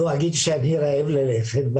שאני רעב ללחם,